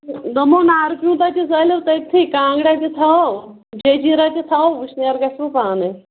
دوٚپمو نارٕ پیٛوٗنٛتاہ تہِ زٲلِو تٔتتھٕے کانٛگڑیا تہِ تھاوَو جَجِیرا تہِ تھاوَو وُشنَیر گژھوٕ پانے